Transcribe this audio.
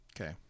Okay